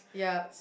ya